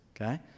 okay